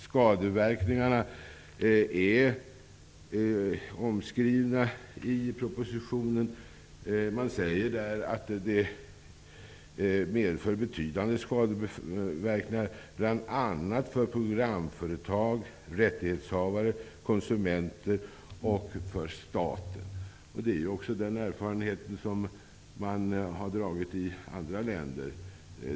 Skadeverkningarna är omskrivna i propositionen. Man säger att detta får betydande skadeverkningar bl.a. för programföretagen, rättighetsinnehavare, konsumenter och staten. Det är också den erfarenhet som man har i andra länder.